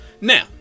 Now